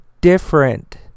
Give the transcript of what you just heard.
different